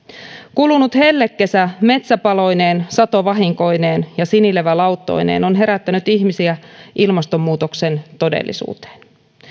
kulunut hellekesä metsäpaloineen satovahinkoineen ja sinilevälauttoineen on herättänyt ihmisiä ilmastonmuutoksen todellisuuteen